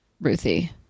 Ruthie